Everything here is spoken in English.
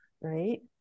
Right